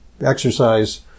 exercise